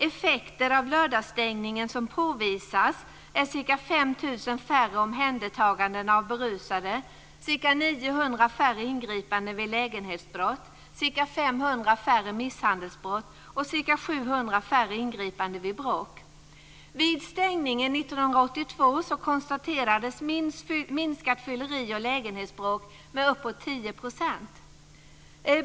Effekter av lördagsstängningen som påvisats är ca 5 000 färre omhändertaganden av berusade, ca 900 färre ingripanden vid lägenhetsbrott, ca 500 färre misshandelsbrott och ca 700 färre ingripanden vid bråk. Vid stängningen 1982 konstaterades minskat fylleri och lägenhetsbråk med uppåt 10 %.